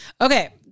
okay